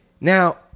Now